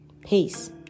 Peace